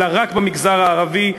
אלא רק במגזר הערבי,